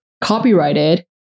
copyrighted